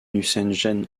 nucingen